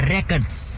Records